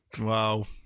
Wow